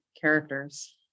characters